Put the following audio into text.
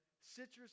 citrus